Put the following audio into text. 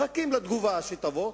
מחכים לתגובה שתבוא,